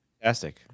fantastic